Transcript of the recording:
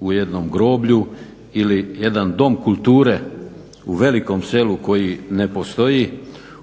u jednom groblju ili jedan Dom kulture u Velikom selu koji ne postoji